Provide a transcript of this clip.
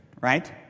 right